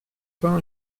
pas